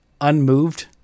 unmoved